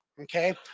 Okay